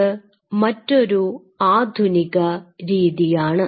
ഇത് മറ്റൊരു ആധുനിക രീതിയാണ്